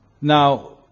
Now